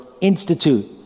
Institute